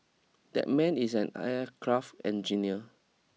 that man is an aircraft engineer